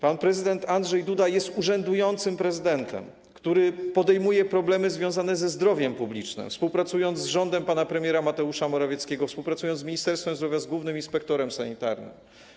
Pan prezydent Andrzej Duda jest urzędującym prezydentem, który podejmuje problemy związane ze zdrowiem publicznym, współpracując z rządem pana premiera Mateusza Morawieckiego, współpracując z Ministerstwem Zdrowia, z głównym inspektorem sanitarnym.